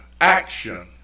Action